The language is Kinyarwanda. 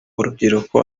urubyiruko